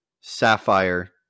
sapphire